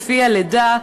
שלפיה לידה,